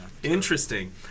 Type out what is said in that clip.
Interesting